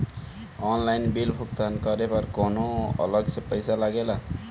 Online bill भुगतान करे पर कौनो अलग से पईसा लगेला?